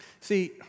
See